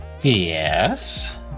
Yes